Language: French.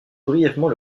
brièvement